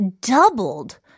doubled